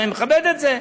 אבל אני מכבד את זה,